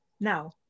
Now